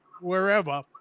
wherever